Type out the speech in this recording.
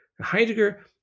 Heidegger